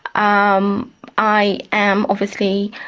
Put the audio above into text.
i um i am obviously